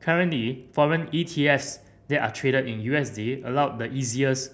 currently foreign E T S that are traded in U S D allow the easiest